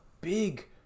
big